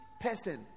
person